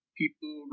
people